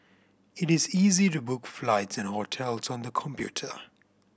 it is easy to book flights and hotels on the computer